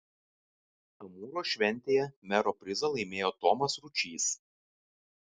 amūro šventėje mero prizą laimėjo tomas ručys